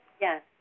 Yes